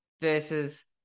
versus